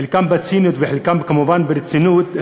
חלקם בציניות וחלקם כמובן ברצינות,